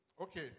okay